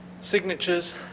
Signatures